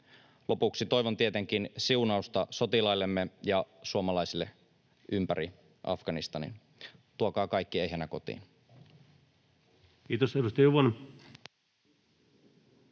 Lopuksi toivon tietenkin siunausta sotilaillemme ja suomalaisille ympäri Afganistanin — tuokaa kaikki ehjänä kotiin. Kiitos. — Edustaja